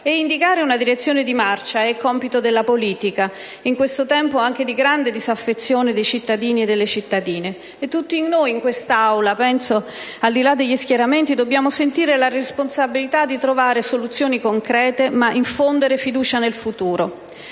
E indicare una direzione di marcia è compito della politica, anche in questo tempo di grande disaffezione dei cittadini e delle cittadine. Penso che tutti noi in quest'Aula, al di là degli schieramenti, dobbiamo sentire la responsabilità di trovare soluzioni concrete ed infondere anche fiducia nel futuro.